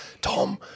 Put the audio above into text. Tom